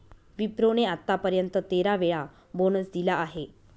विप्रो ने आत्तापर्यंत तेरा वेळा बोनस दिला आहे